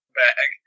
bag